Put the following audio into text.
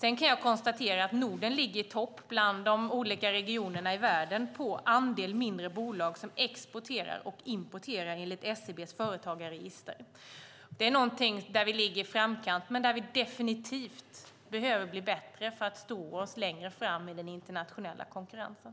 Enligt SCB:s företagarregister ligger Norden i topp i världen när det gäller andelen mindre bolag som exporterar och importerar. Där ligger vi i framkant, men vi behöver definitivt bli bättre för att stå oss längre fram i den internationella konkurrensen.